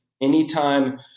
anytime